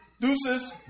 deuces